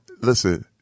Listen